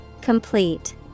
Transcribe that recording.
Complete